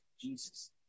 Jesus